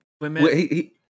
women